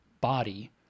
body